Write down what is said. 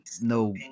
no